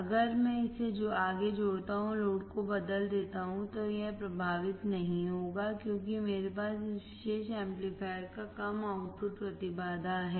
अगर मैं इसे आगे जोड़ता हूं और लोड को बदल देता हूं तो यह प्रभावित नहीं होगा क्योंकि मेरे पास इस विशेष एम्पलीफायर का कम आउटपुट प्रतिबाधा है